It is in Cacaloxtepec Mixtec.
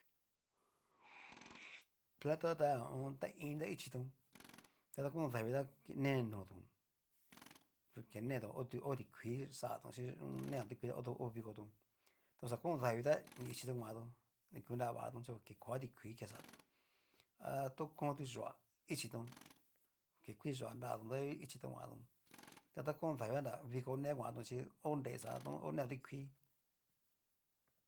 planta ta ho o on. ta ini ta ichitón, tada kon davii tá nene notón, kukenetón ho tikuii xatón chi neton tikuii ta hotón vikoton ta xa konn davii ta ni ichitón kuantón ni ku nravatón chi koga tikuii ke xatón, a tukontu yuá ichitón chí kui yuá nratón ta ngú ichitón kuantón ta takón davii, xanra kivo ne kuanto chí ho nrei xatón netón tikuii.